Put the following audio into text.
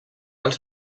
els